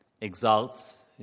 exalts